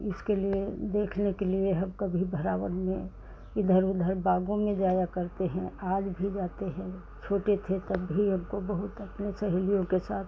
इसके लिए देखने के लिए हम कभी घर आगन में इधर उधर बागों में जाया करते थे आज भी जाते हैं छोटे थे तब भी अब तो बहुत अपनी सहेलियों के साथ